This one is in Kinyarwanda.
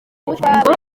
ngo